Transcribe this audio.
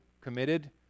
committed